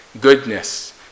goodness